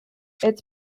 its